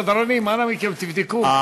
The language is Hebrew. סדרנים, אנא מכם, תבדקו.